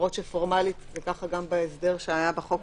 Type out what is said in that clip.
למרות שפורמלית זה כך גם בהסדר שהיה בחוק